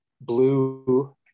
blue